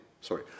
sorry